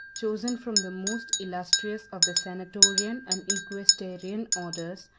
chosen from the most illustrious of the senatorian and equestrian orders,